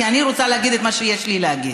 כי אני רוצה להגיד את מה שיש לי להגיד.